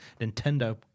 Nintendo